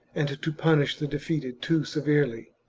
and to punish the defeated too severely.